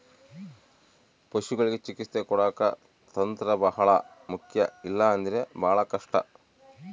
ಪಶುಗಳಿಗೆ ಚಿಕಿತ್ಸೆ ಕೊಡಾಕ ತಂತ್ರ ಬಹಳ ಮುಖ್ಯ ಇಲ್ಲ ಅಂದ್ರೆ ಬಹಳ ಕಷ್ಟ